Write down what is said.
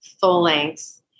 full-length